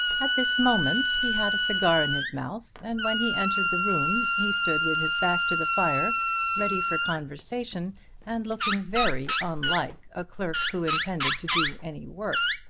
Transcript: at this moment he had a cigar in his mouth, and when he entered the room he stood with his back to the fire ready for conversation and looking very unlike a clerk who intended to do any work.